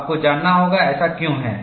आपको जानना होगा ऐसा क्यों है